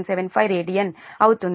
775 radian అవుతుంది